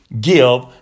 give